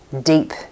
deep